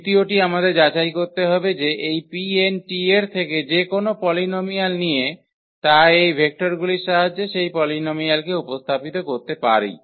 দ্বিতীয়টি আমাদের যাচাই করতে হবে যে এই 𝑃𝑛 এর থেকে যে কোনও পলিনোমিয়াল নিয়ে তা এই ভেক্টরগুলির সাহায্যে সেই পলিনোমিয়ালকে উপস্থাপিত করতে পারি